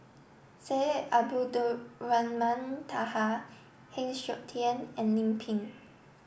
Syed Abdulrahman Taha Heng Siok Tian and Lim Pin